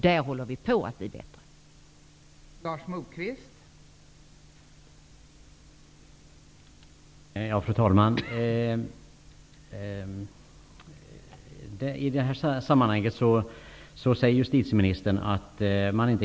Vi håller på att bli bättre på det.